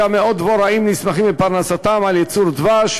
גם מאות דבוראים נסמכים בפרנסתם על ייצור דבש,